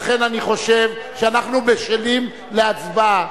לכן אני חושב שאנחנו בשלים להצבעה.